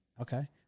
Okay